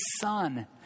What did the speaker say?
son